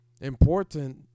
important